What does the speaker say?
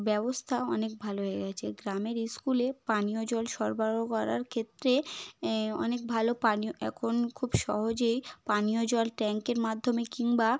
ব্যবস্থা অনেক ভালো হয়ে গেছে গ্রামের স্কুলে পানীয় জল সরবরাহ করার ক্ষেত্রে অনেক ভালো পানীয় এখন খুব সহজেই পানীয় জল ট্যাঙ্কের মাধ্যমে কিংবা